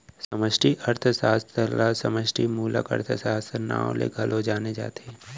समस्टि अर्थसास्त्र ल समस्टि मूलक अर्थसास्त्र, नांव ले घलौ जाने जाथे